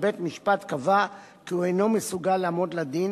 בית-משפט קבע כי הוא אינו מסוגל לעמוד לדין,